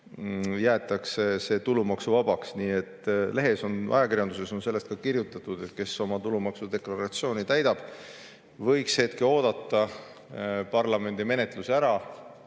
jäetakse see tulumaksuvabaks. Ajakirjanduses on sellest ka kirjutatud, et kes oma tuludeklaratsiooni täidab, võiks oodata parlamendi menetluse ära.